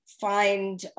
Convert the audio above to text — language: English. find